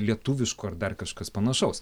lietuviško ar dar kažkas panašaus